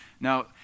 Now